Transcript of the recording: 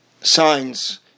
signs